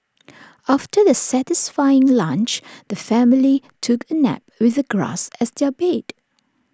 after their satisfying lunch the family took A nap with the grass as their bed